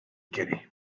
calais